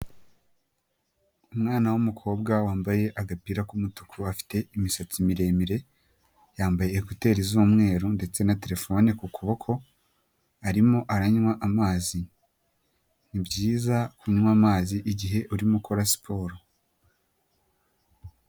Umwana w'umukobwa wambaye agapira k'umutuku afite imisatsi miremire, yambaye ekuteri z'umweru ndetse na terefone ku kuboko arimo aranywa amazi. Ni byiza kunywa amazi igihe urimo ukora siporo.